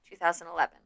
2011